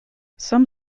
some